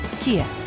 Kia